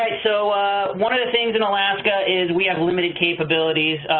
so one of the things in alaska is we have limited capabilities.